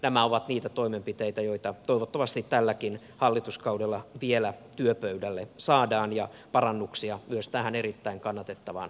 nämä ovat niitä toimenpiteitä joita toivottavasti tälläkin hallituskaudella vielä työpöydälle saadaan ja saadaan parannuksia myös tähän erittäin kannatettavaan asumismuotoon